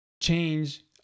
change